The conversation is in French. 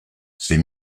ces